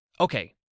Okay